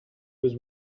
was